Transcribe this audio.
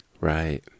Right